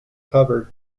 covered